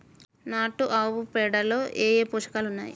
నాటు ఆవుపేడలో ఏ ఏ పోషకాలు ఉన్నాయి?